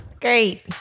great